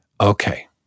Okay